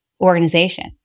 organization